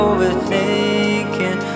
Overthinking